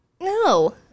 no